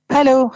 Hello